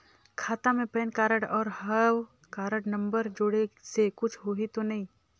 खाता मे pan card और हव कारड नंबर जोड़े से कुछ होही तो नइ?